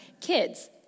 kids